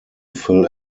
fill